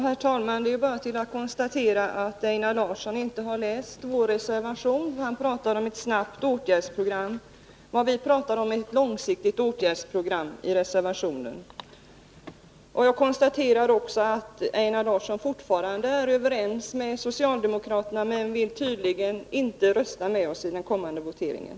Herr talman! Det är bara att konstatera att Einar Larsson inte läst vår reservation. Han pratar om ett snabbt åtgärdsprogram. Vad vi talar om i reservationen är ett långsiktigt åtgärdsprogram. Jag konstaterar också att Einar Larsson fortfarande är överens med socialdemokraterna, men att han tydligen inte vill rösta med oss i den kommande voteringen.